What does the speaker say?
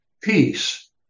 peace